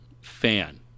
fan